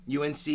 UNC